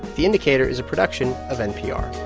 the indicator is a production of npr